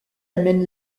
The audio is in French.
amène